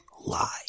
lie